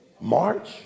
March